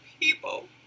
people